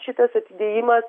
šitas atidėjimas